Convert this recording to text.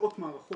מאות מערכות.